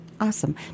Awesome